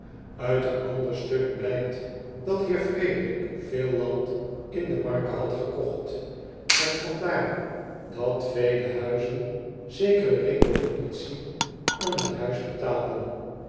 it een ander stuk blijkt dat eer rederik veel land in de marke had gekocht en van daar dat vele huizen zekere recognitie aan het huis betaalden